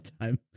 time